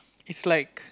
is like